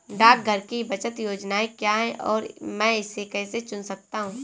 डाकघर की बचत योजनाएँ क्या हैं और मैं इसे कैसे चुन सकता हूँ?